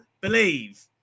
believe